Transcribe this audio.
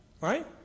right